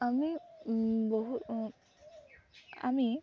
আমি বহু আমি